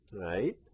Right